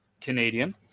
canadian